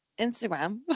Instagram